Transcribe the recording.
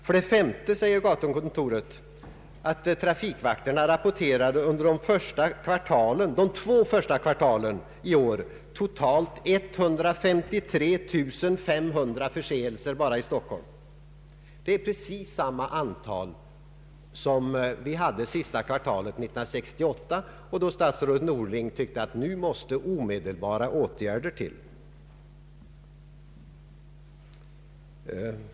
För det femte säger gatukontoret att trafikvakterna under de två första kvartalen i år totalt rapporterade 153 500 förseelser bara i Stockholm. Det är per kvartal nästan precis samma antal förseelser som sista kvartalet 1968, då statsrådet Norling krävde omedelbara åtgärder.